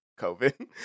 COVID